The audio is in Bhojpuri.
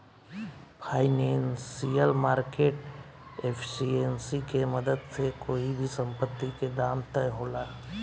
फाइनेंशियल मार्केट एफिशिएंसी के मदद से कोई भी संपत्ति के दाम तय होला